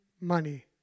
money